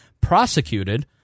prosecuted